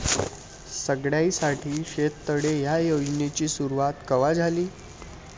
सगळ्याइसाठी शेततळे ह्या योजनेची सुरुवात कवा झाली?